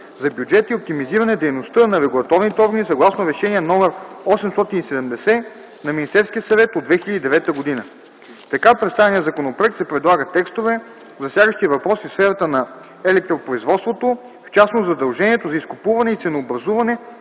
за бюджета и оптимизиране дейността на регулаторните органи съгласно Решение № 870 на Министерския съвет от 2009 г. В така представения законопроект се предлагат текстове, засягащи въпроси в сферата на електропроизводството, в частност – задължението за изкупуване и ценообразуване